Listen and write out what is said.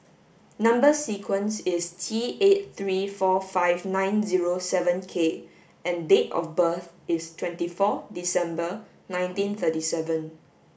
number sequence is T eight three four five nine zero seven K and date of birth is twenty four December nineteen thirty seven